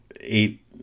eight